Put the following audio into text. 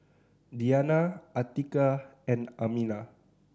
Diyana Atiqah and Aminah